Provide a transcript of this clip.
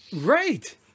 Right